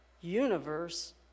universe